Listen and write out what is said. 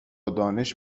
دانش